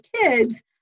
kids